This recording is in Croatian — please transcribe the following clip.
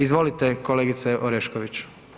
Izvolite kolegice Orešković.